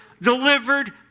delivered